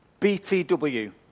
BTW